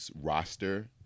roster